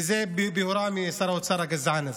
וזה בהוראה משר האוצר הגזען הזה.